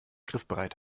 griffbereit